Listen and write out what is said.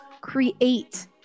create